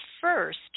first